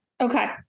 Okay